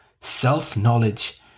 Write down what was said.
self-knowledge